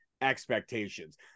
expectations